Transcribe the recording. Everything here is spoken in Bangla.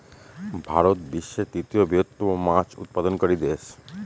ভারত বিশ্বের তৃতীয় বৃহত্তম মাছ উৎপাদনকারী দেশ